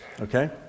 okay